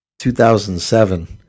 2007